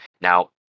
Now